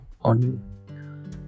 on